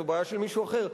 זו בעיה של מישהו אחר.